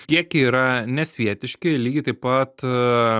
kiekiai yra nesvietiški lygiai taip pat